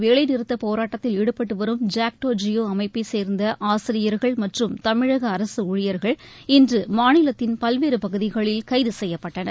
வேலைநிறுத்தப் போராட்டத்தில் ஈடுபட்டுவரும் ஜாக்டோ ஜியோ அமைப்பைச் சேர்ந்த ஆசிரியர்கள் மற்றும் தமிழக அரசு ஊழியர்கள் இன்று மாநிலத்தின் பல்வேறு பகுதிகளில் கைது செய்யப்பட்டனர்